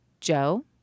Joe